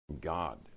God